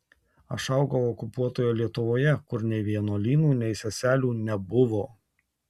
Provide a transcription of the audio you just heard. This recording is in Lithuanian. aš augau okupuotoje lietuvoje kur nei vienuolynų nei seselių nebuvo